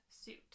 suit